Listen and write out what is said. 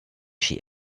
she